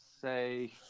say